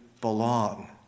belong